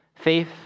faith